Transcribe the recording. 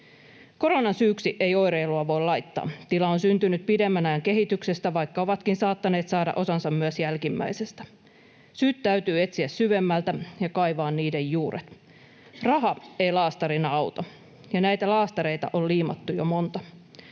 Koronan syyksi ei oireilua voi laittaa. Tila on syntynyt pidemmän ajan kehityksestä, vaikka onkin saattanut saada osansa myös jälkimmäisestä. Syyt täytyy etsiä syvemmältä ja kaivaa niiden juuret. Raha ei laastarina auta, ja näitä laastareita on liimattu jo monta.